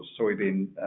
soybean